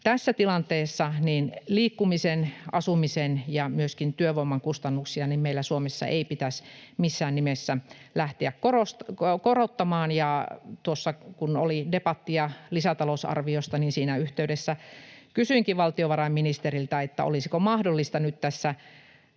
tässä tilanteessa niin liikkumisen, asumisen kuin myöskin työvoiman kustannuksia meillä Suomessa ei pitäisi missään nimessä lähteä korottamaan. Tuossa kun oli debattia lisätalousarviosta, siinä yhteydessä kysyinkin valtiovarainministeriltä, olisiko mahdollista nyt tässä